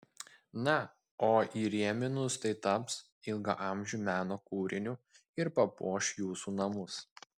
na o įrėminus tai taps ilgaamžiu meno kūriniu ir papuoš jūsų namus